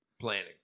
Planning